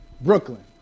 Brooklyn